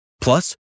Plus